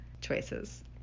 choices